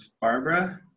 Barbara